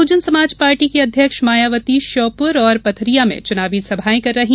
बहुजन Samaj party की अध्यक्ष मायावती श्योपुर और पथरिया में चुनावी सभा करेंगी